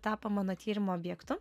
tapo mano tyrimo objektu